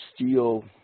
steel